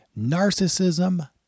Narcissism